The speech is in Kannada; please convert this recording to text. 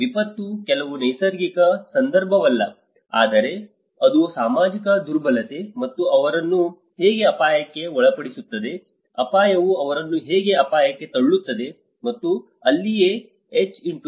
ವಿಪತ್ತು ಕೇವಲ ನೈಸರ್ಗಿಕ ಸಂದರ್ಭವಲ್ಲ ಆದರೆ ಅದು ಸಾಮಾಜಿಕ ದುರ್ಬಲತೆ ಅದು ಅವರನ್ನು ಹೇಗೆ ಅಪಾಯಕ್ಕೆ ಒಳಪಡಿಸುತ್ತದೆ ಅಪಾಯವು ಅವರನ್ನು ಹೇಗೆ ಅಪಾಯಕ್ಕೆ ತಳ್ಳುತ್ತದೆ ಮತ್ತು ಅಲ್ಲಿಯೇ HVR